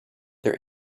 their